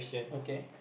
okay